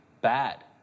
bad